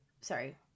sorry